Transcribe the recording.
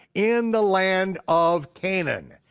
in the land of canaan.